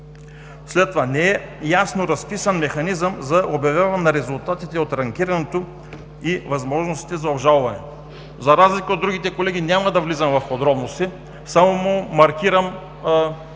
След това, не е ясно разписан механизмът за обявяване на резултатите от ранкираното и възможностите за обжалване. За разлика от другите колеги, няма да влизам в подробности, само маркирам темите